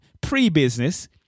pre-business